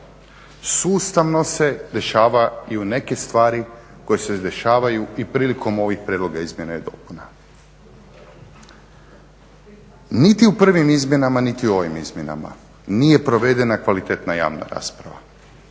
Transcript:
sustavno se dešavaju neke stvari koje se dešavaju i prilikom ovih prijedloga izmjena i dopuna. Niti u prvim niti u ovim izmjenama nije provedena kvalitetna javna rasprava.